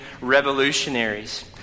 revolutionaries